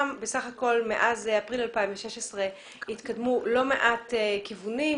בסך הכול מאז אפריל 2016 התקדמו לא מעט כיוונים,